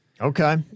Okay